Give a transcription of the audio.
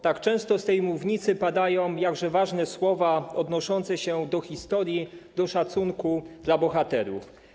Tak często z tej mównicy padają jakże ważne słowa odnoszące się do historii, do szacunku dla bohaterów.